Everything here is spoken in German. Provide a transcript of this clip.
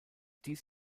dies